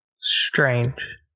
Strange